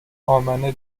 امنه